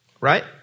right